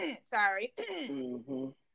sorry